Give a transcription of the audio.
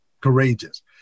courageous